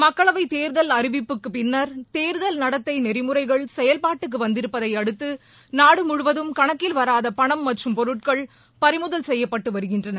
மக்களவைத் தேர்தல் அறிவிப்புக்குப் பின்னர் தேர்தல் நடத்தை நெறிமுறைகள் செயல்பாட்டுக்கு வந்திருப்பதையடுத்து நாடு முழுவதும் கணக்கில் வராத பணம் மற்றும் பொருட்கள் பறிமுதல் செய்யப்பட்டு வருகின்றன